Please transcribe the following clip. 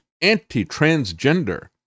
anti-transgender